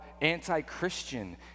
anti-Christian